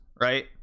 right